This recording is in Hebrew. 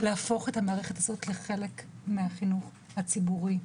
להפוך את המערכת הזאת לחלק מהחינוך הציבורי,